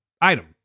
item